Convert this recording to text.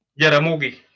Jaramogi